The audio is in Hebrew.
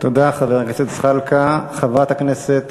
תודה, חבר הכנסת